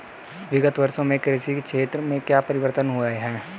विगत वर्षों में कृषि के क्षेत्र में क्या परिवर्तन हुए हैं?